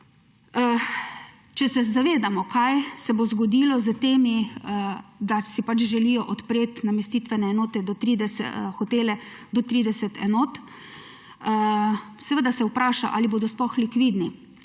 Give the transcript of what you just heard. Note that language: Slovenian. Če se zavedamo, kaj se bo zgodilo s temi, da si pač želijo odpreti namestitvene enote, hotele do 30 enot, seveda se vpraša, ali bodo sploh likvidni.